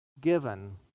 given